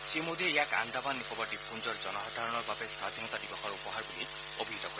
শ্ৰীমোদীয়ে ইয়াক আন্দামান নিকোবৰ দ্বীপপুঞ্জৰ জনসাধাৰণৰ বাবে স্বধীনতা দিৱসৰ উপহাৰ বুলি অভিহিত কৰে